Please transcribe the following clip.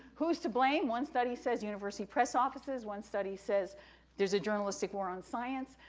who's to blame? one study says university press offices, one study says there's a journalistic war on science,